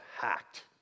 hacked